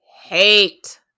hate